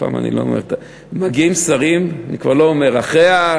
אני כבר לא אומר, תיזהר,